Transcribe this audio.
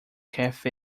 cafe